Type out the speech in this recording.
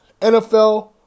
NFL